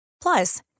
Plus